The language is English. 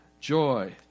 joy